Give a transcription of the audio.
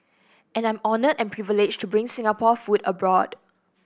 and I'm honoured and privileged to bring Singapore food abroad